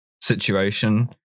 situation